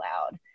loud